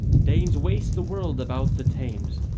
danes waste the world about the thames,